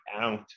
out